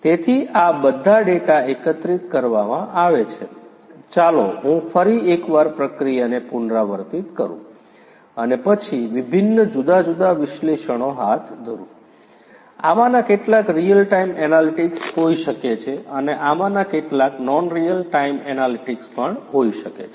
તેથી આ બધા ડેટા એકત્રિત કરવામાં આવે છે ચાલો હું ફરી એકવાર પ્રક્રિયાને પુનરાવર્તિત કરું અને પછી વિભિન્ન જુદા જુદા વિશ્લેષણો હાથ ધરું આમાંના કેટલાક રિયલ ટાઈમ એનાલિટિક્સ હોઈ શકે છે અને આમાંના કેટલાક નોન રીઅલ ટાઇમ એનાલિટિક્સ પણ હોઈ શકે છે